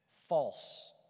False